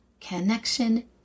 connection